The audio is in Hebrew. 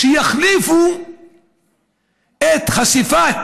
שיחליפו את חשיפת